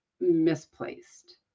misplaced